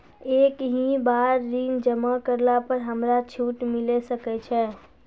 एक ही बार ऋण जमा करला पर हमरा छूट मिले सकय छै?